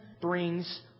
brings